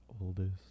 oldest